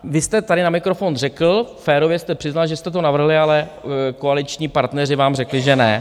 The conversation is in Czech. Vy jste tady na mikrofon řekl, férově jste přiznal, že jste to navrhli, ale koaliční partneři vám řekli, že ne.